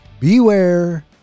Beware